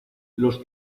los